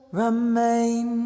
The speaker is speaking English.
remain